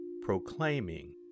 proclaiming